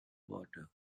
water